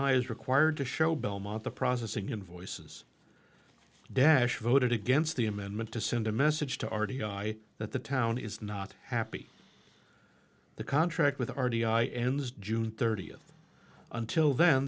i is required to show belmont the processing invoices dash voted against the amendment to send a message to r t i that the town is not happy the contract with r t i ends june thirtieth until then